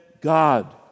God